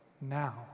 now